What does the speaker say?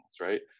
right